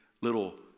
little